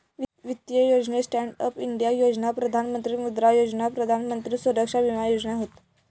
वित्तीय योजनेत stand up India Yojana, Pradhan Mantri Mudra Yojana, Pradhan Mantri Suraksha Bima Yojana हत